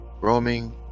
roaming